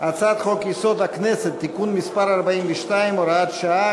להציג את הצעת חוק-יסוד: הכנסת (תיקון מס' 42 והוראת שעה),